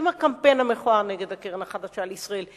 עם הקמפיין המכוער נגד הקרן החדשה לישראל,